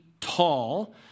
tall